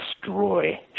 destroy